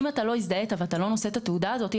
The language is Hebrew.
אם לא הזדהית ואתה לא נושא את התעודה הזאת,